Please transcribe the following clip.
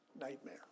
nightmare